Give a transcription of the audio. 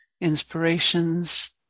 inspirations